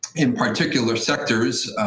in particular sectors,